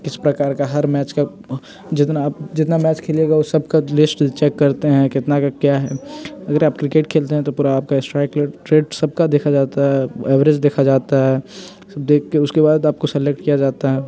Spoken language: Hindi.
इस प्रकार का हर मैच का जितना आप जितना मैच खेलिएगा वो सब का लिश्ट चेक करते हैं कितना का क्या है अगर आप क्रिकेट खेलते हैं तो पूरा आपका स्ट्राइक रेट सब का देखा जाता है एवरेज देखा जाता है देख के उसके बाद आपको सिलेक्ट किया जाता है